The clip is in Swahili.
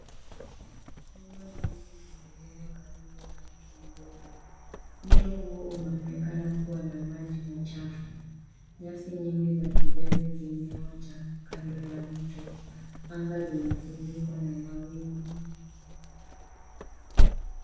Nyumba nyingi zimejengwa karibu na mto mdogo. Mto huo unaonekana kuwa na maji machafu. Nyasi nyingi za kijani zimeota kando ja mto. Anga imefunikwa na mawingu.